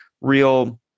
real